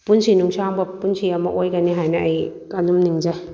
ꯄꯨꯟꯁꯤ ꯅꯨꯡꯁꯥꯡꯕ ꯄꯨꯟꯁꯤ ꯑꯃ ꯑꯣꯏꯒꯅꯤ ꯍꯥꯏꯅ ꯑꯩ ꯑꯗꯨꯝ ꯅꯤꯡꯖꯩ